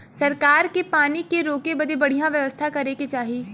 सरकार के पानी के रोके बदे बढ़िया व्यवस्था करे के चाही